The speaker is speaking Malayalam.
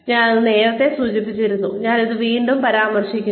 ഞാൻ ഇത് നേരത്തെ സൂചിപ്പിച്ചിരുന്നു ഞാൻ ഇത് വീണ്ടും പരാമർശിക്കുന്നു